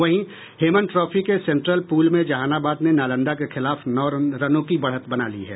वहीं हेमन ट्रॉफी के central pool में जहानाबाद ने नालंदा के खिलाफ नौ रनों की बढ़त बना ली है